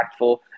impactful